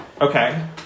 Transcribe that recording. Okay